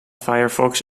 firefox